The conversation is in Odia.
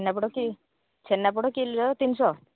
ଛେନାପୋଡ଼ କି ଛେନାପୋଡ଼ କିଲୋ ତିନିଶହ